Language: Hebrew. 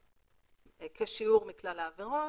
בשיעור מכלל העבירות.